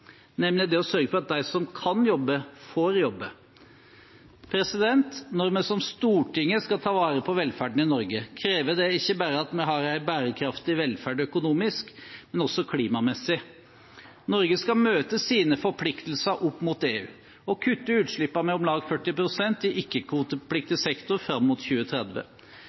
nemlig å sørge for at de som kan jobbe, får jobbe. Når vi som storting skal ta vare på velferden i Norge, krever det ikke bare at vi har en bærekraftig velferd økonomisk, men også klimamessig. Norge skal møte sine forpliktelser overfor EU og kutte utslippene med om lag 40 pst. i ikke-kvotepliktig sektor fram mot 2030.